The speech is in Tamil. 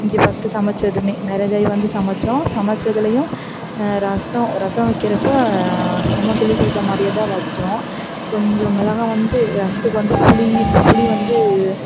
இங்கே ஃபர்ஸ்டு சமைத்ததுமே மேரேஜ் ஆகி வந்து சமைத்தோம் சமைச்சத்துலையும் ரசம் ரசம் வைக்கிறப்ப அம்மா சொல்லி கொடுத்த மாதிரியே தான் வைச்சோம் கொஞ்சம் மிளகாய் வந்து ரசத்துக்கு வந்து புளி புளி வந்து